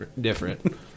different